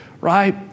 right